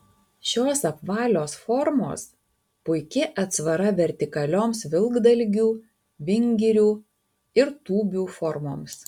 šios apvalios formos puiki atsvara vertikalioms vilkdalgių vingirių ir tūbių formoms